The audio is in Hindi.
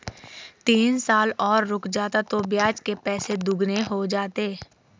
तीन साल और रुक जाता तो ब्याज के पैसे दोगुने हो जाते